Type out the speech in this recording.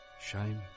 Shame